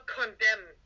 condemn